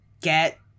get